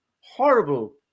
horrible